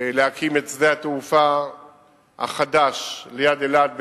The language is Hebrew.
להקים את שדה התעופה החדש ליד אילת,